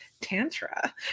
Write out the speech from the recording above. Tantra